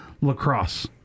lacrosse